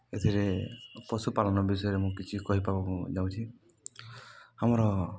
ଏଥିରେ ପଶୁପାଳନ ବିଷୟରେ ମୁଁ କିଛି କହିିବାକୁ ଯାଉଛି ଆମର